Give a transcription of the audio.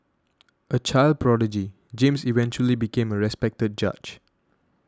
a child prodigy James eventually became a respected judge